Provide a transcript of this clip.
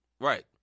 Right